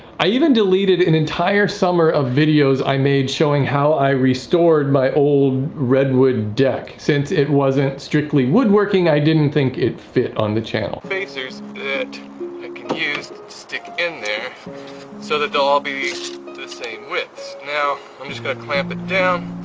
i even deleted an entire summer of videos i made showing how i restored my old redwood deck since it wasn't strictly woodworking i didn't think it fit on the channel. spacers that i can use to stick in there so that they'll all be the same width. now i'm just gotta clamp it down.